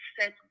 set